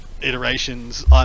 iterations